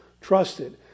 trusted